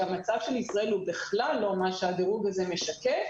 שהמצב של ישראל הוא בכלל לא מה שהדירוג הזה משקף,